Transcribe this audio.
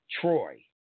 Troy